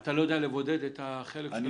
אתה לא יודע לבודד את החלק שלו?